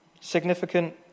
significant